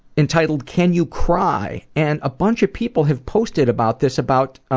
entitled can you cry? and a bunch of people have posted about this, about, um,